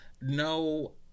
no